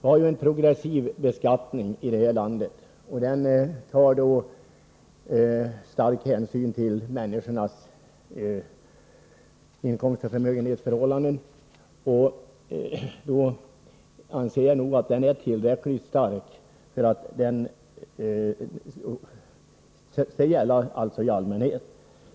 Vi har en progressiv beskattning i vårt land som tar stark hänsyn till människornas inkomstoch förmögenhetsförhållanden. Jag anser att detta är tillräckligt för att gälla i allmänhet.